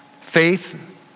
Faith